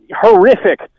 horrific